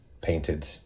painted